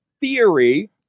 Theory